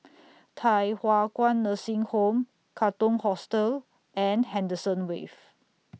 Thye Hua Kwan Nursing Home Katong Hostel and Henderson Wave